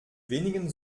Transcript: wenigen